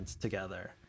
together